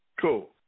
Cool